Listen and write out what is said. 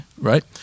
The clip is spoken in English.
Right